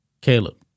Caleb